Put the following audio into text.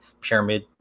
pyramid